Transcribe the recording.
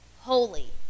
holy